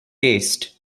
taste